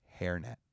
hairnet